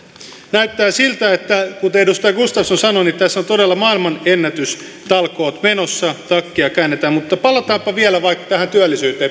näyttää siltä kuten edustaja gustafsson sanoi että tässä on todella maailmanennätystalkoot menossa takkia käännetään mutta palataanpa vielä vaikka tähän työllisyyteen